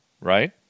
right